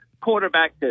quarterback